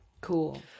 Cool